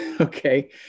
Okay